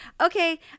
Okay